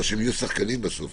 אבל שהם יהיו שחקנים בסוף.